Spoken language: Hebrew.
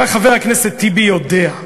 הרי חבר הכנסת טיבי יודע,